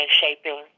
shaping